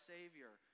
Savior